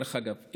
דרך אגב,